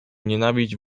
nienawiść